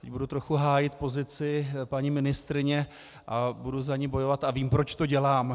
Budu trochu hájit pozici paní ministryně a budu za ni bojovat a vím, proč to dělám.